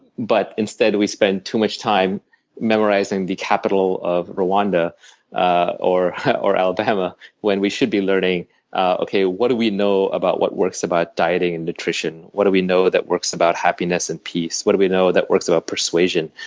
but instead, we spend too much time memorizing the capitol of rwanda ah or alabama alabama when we should be learning ah what do we know about what works about dieting and nutrition? what do we know that works about happiness and peace? what do we know that works about persuasion?